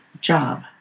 job